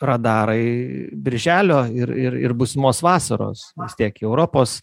radarai birželio ir ir ir būsimos vasaros vis tiek europos